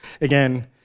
again